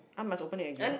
!huh! must open it again